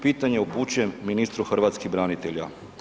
Pitanje upućujem ministru hrvatskih branitelja.